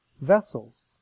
vessels